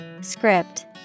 Script